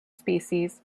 species